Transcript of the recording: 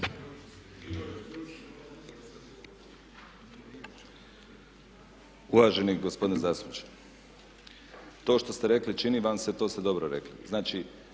Uvaženi gospodine zastupniče, to što ste rekli čini vam se to ste dobro rekli. Znači